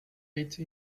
ate